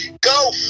go